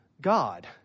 God